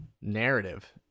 narrative